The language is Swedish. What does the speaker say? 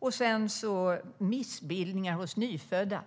Där finns också missbildningar hos nyfödda.